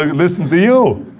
ah listen to you. ah,